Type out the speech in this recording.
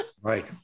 Right